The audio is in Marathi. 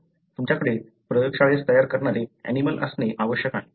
तुमच्याकडे प्रयोगशाळेस तयार करणारे ऍनिमलं असणे आवश्यक आहे